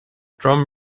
drum